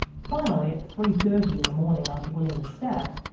finally at three. thirty and the morning after william is stabbed,